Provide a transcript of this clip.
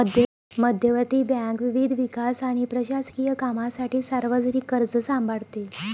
मध्यवर्ती बँक विविध विकास आणि प्रशासकीय कामांसाठी सार्वजनिक कर्ज सांभाळते